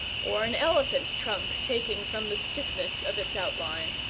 or an elephant-trunk, taking from the stiffness of its outline,